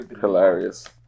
hilarious